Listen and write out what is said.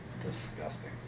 Disgusting